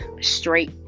straight